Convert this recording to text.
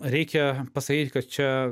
reikia pasakyti kad čia